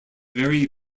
very